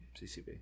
CCB